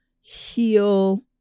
heal